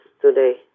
today